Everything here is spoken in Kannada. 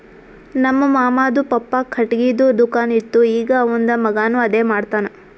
ನಮ್ ಮಾಮಾದು ಪಪ್ಪಾ ಖಟ್ಗಿದು ದುಕಾನ್ ಇತ್ತು ಈಗ್ ಅವಂದ್ ಮಗಾನು ಅದೇ ಮಾಡ್ತಾನ್